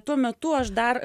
tuo metu aš dar